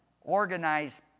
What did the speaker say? organize